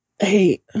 hey